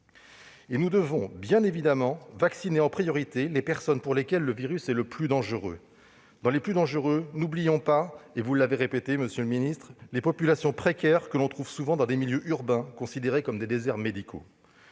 nous devons aussi vacciner en priorité les personnes pour lesquelles le virus est le plus dangereux, parmi lesquelles il ne faut pas oublier- vous l'avez dit, monsieur le ministre -les populations précaires, que l'on trouve souvent dans des milieux urbains considérés comme des déserts médicaux.